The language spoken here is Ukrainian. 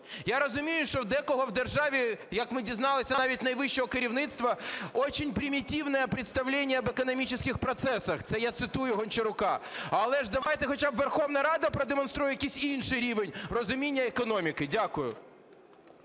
я розумію, що в декого в державі, як ми дізналися, навіть найвищого керівництва, "очень примитивное представление об экономических процессах" (це я цитую Гончарука). Але ж давайте хоча б Верховна Рада продемонструє якийсь інший рівень розуміння економіки. Дякую.